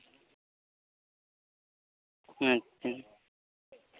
ᱟᱪᱪᱷᱟ